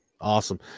Awesome